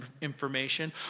information